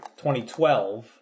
2012